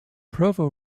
provo